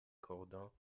cordons